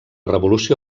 revolució